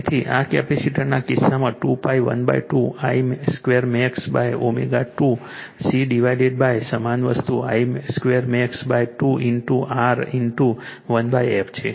તેથી આ કેપેસિટરના કિસ્સામાં 2𝜋 12 Imax2ω2 C ડિવાઇડેડ સમાન વસ્તુ Imax2 2 into R into 1f છે